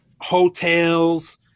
hotels